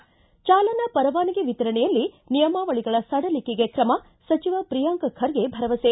ಿ ಚಾಲನಾ ಪರವಾನಗಿ ವಿತರಣೆಯಲ್ಲಿ ನಿಯಮಾವಳಗಳ ಸಡಿಲಿಕೆಗೆ ಕ್ರಮ ಸಚಿವ ಪ್ರಿಯಾಂಕ್ ಖರ್ಗೆ ಭರವಸೆ